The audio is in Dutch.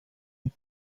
een